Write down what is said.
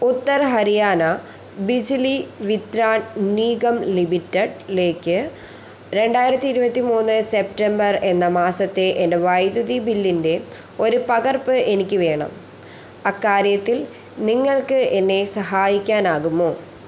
Uttar Haryana Bijli Vitran Nigam limited ലേക്ക് രണ്ടായിരത്തി ഇരുപത്തിമൂന്ന് സെപ്റ്റംബർ എന്ന മാസത്തെ എൻ്റെ വൈദ്യുതി ബില്ലിൻ്റെ ഒരു പകർപ്പ് എനിക്ക് വേണം അക്കാര്യത്തിൽ നിങ്ങൾക്ക് എന്നെ സഹായിക്കാനാകുമോ